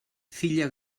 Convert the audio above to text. filla